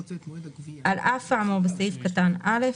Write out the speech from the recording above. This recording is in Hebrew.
"(ב)על אף האמור בסעיף קטן (א),